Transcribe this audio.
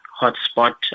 hotspot